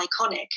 iconic